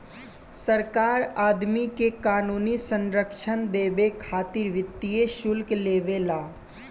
सरकार आदमी के क़ानूनी संरक्षण देबे खातिर वित्तीय शुल्क लेवे ला